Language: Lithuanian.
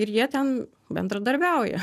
ir jie ten bendradarbiauja